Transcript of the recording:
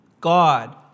God